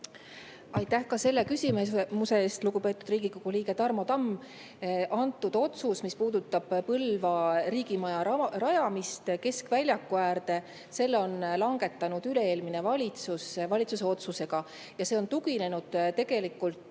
Aitäh ka selle küsimuse eest, lugupeetud Riigikogu liige Tarmo Tamm! Selle otsuse, mis puudutab Põlva riigimaja rajamist keskväljaku äärde, on langetanud üle-eelmine valitsus ja see tugines tegelikult